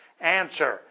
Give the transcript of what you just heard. answer